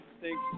Thanks